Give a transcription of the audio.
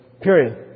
Period